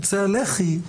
יוצא הלח"י,